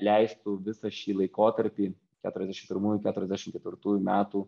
leistų visą šį laikotarpį keturiasdešim pirmųjų keturiasdešim ketvirtųjų metų